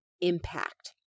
impact